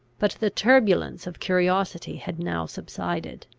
but the turbulence of curiosity had now subsided.